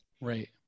Right